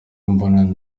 mbonana